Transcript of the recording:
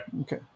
okay